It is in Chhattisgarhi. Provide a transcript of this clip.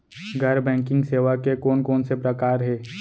गैर बैंकिंग सेवा के कोन कोन से प्रकार हे?